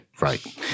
Right